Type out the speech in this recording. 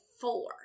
four